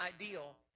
ideal